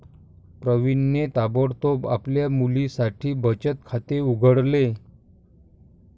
प्रवीणने ताबडतोब आपल्या मुलीसाठी बचत खाते उघडले